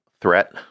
threat